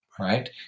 right